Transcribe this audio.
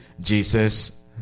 Jesus